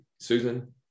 Susan